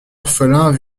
orphelins